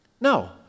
No